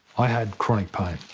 i had chronic pain.